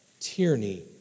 tyranny